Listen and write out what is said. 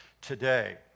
today